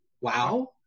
Wow